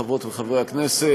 חברות וחברי הכנסת,